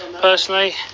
personally